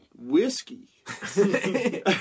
whiskey